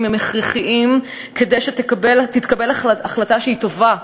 הם הכרחיים כדי שתתקבל החלטה שהיא טובה,